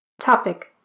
Topic